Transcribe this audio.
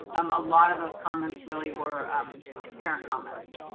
um a lot of those comments really were parent comments.